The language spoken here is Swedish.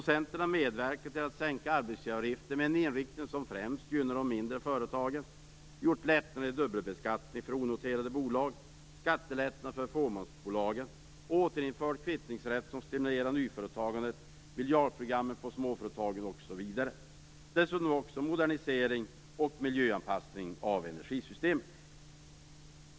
Centern har medverkat till sänkta arbetsgivaravgifter med en inriktning som främst gynnar de mindre företagen, lättnader i dubbelbeskattning för onoterade bolag, skattelättnader för fåmansbolagen, återinförd kvittningsrätt som stimulerar nyföretagandet, miljardprogram för småföretagande osv. Dessutom har vi medverkat till modernisering och miljöanpassning av energisystemen.